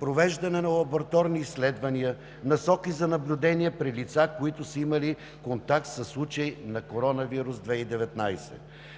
провеждане на лабораторни изследвания, насоки за наблюдение при лица, които са имали контакт със случай на коронавирус 2019.